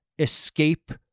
escape